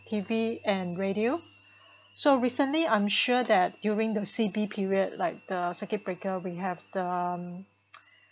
T_V and radio so recently I'm sure that during the C_B period like the circuit breaker we have the um